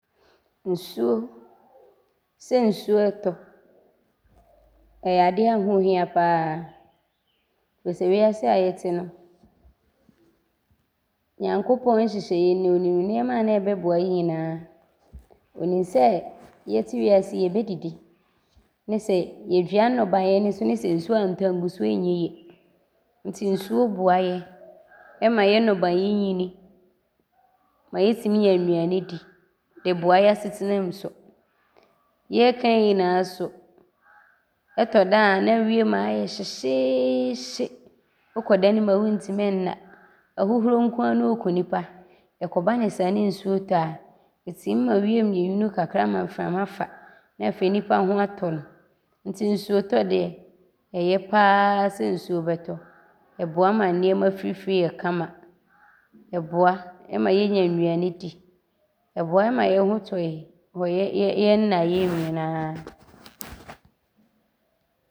Nsuo. Sɛ nsuo ɔretɔ yɛ adeɛ a ho hia pa ara firi sɛ wiase a yɛte no, Nyankopɔn nhyehyɛeɛ mu no, Ɔnim nnoɔma a ɔbɛboa yɛ nyinaa. Ɔnim sɛ, yɛte wiase yi, yɛbɛdidi ne sɛ yɛdua nncbaeɛ ne sɛ nsuo antc angu so a ɔnyɛ yie nti nsuo boa yɛ ma yɛ nnɔbaeɛ nyini ma yɛtim nya nnuane di de boa yɛ asetena mu so. Yɛreka yi nyinaa so, ɔtɔ da a ne wiem ayɛ hyehyeehye, wokɔ dan mu a wontim nna, ahuhuro nko ara ne ɔreku nnipa. Ɔkɔ ba no saaa ne nsuo tɔ a, ɔtim ma wiem yɛ nwunu kakra ma mframa fa ne afei nnipa ho atɔ no nti nsuotɔ deɛ, ɔyɛ pa ara sɛ ɔbɛtɔ. Ɔboa ma nnoɔma fifiri yɛ kama. Ɔboa ma yɛnya nnuane di. Ɔboa ma yɛ ho tɔ yɛ wɔ yɛ nnaeɛ nyinaa.